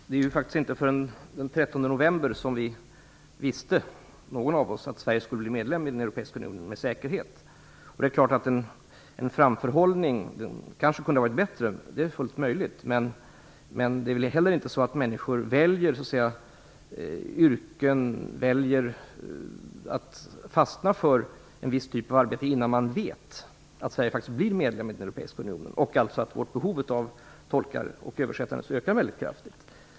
Fru talman! Det var faktiskt inte förrän den 13 november som vi med säkerhet visste att Sverige skulle bli medlem i den europeiska unionen. Framförhållningen kunde kanske varit bättre. Men människor fastnade väl inte för en viss typ av arbete innan man visste att Sverige faktiskt skulle bli medlem i den europeiska unionen och att vårt behov av tolkar och översättare skulle öka mycket kraftigt.